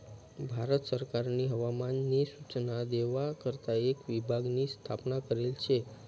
भारत सरकारनी हवामान नी सूचना देवा करता एक विभाग नी स्थापना करेल शे